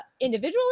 individually